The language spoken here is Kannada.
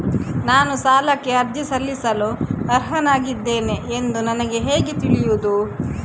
ನಾನು ಸಾಲಕ್ಕೆ ಅರ್ಜಿ ಸಲ್ಲಿಸಲು ಅರ್ಹನಾಗಿದ್ದೇನೆ ಎಂದು ನನಗೆ ಹೇಗೆ ತಿಳಿಯುದು?